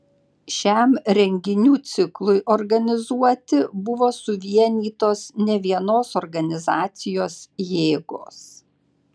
šiam renginių ciklui organizuoti buvo suvienytos nevienos organizacijos jėgos